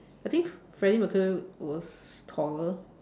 I think Freddie-Mercury was taller